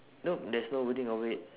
nope there's no wording overhead